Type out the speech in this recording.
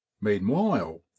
meanwhile